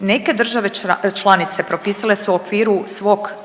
Neke države članice propisale su u okviru svog